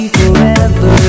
forever